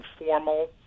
informal